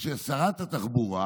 של שרת התחבורה